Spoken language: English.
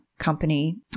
company